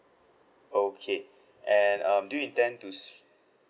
okay and um do you intend to